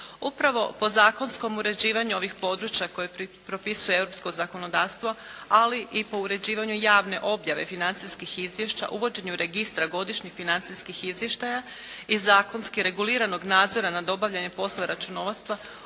upravo po zakonskom uređivanju ovih područja koje propisuje europsko zakonodavstvo, ali i po uređivanju javne objave financijskih izvješća uvođenje u registra godišnjih financijskih izvještaja i zakonski reguliranog nadzora nad obavljanjem poslova računovodstva,